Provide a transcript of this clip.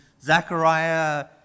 Zachariah